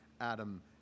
Adam